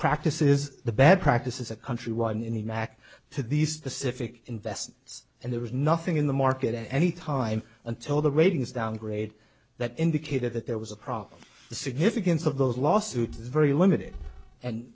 practice is the bad practice is a countrywide in the knack to these specific invests and there was nothing in the market at any time until the ratings downgrade that indicated that there was a problem the significance of those lawsuits is very limited and